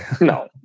no